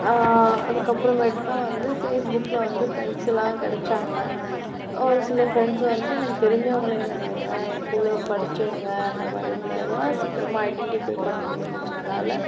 அதுக்கப்புறம் மேட்டுக்கு வந்து ஃபேஸ்புக்கில் ஃப்ரெண்ட்ஸுலாம் கிடைச்சாங்க ஒரு சில ஃப்ரெண்ட்ஸ் வந்து எனக்கு தெரிஞ்சவங்களே இருந்தாங்க என்கூட படித்தவங்க அந்தமாதிரி இருந்ததால் சீக்கிரமாக ஐடென்டிஃபைவ் பண்ண முடிஞ்சிச்சு என்னால்